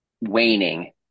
waning